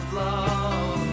love